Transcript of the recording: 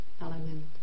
element